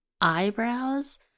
eyebrows